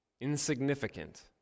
insignificant